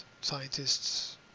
scientists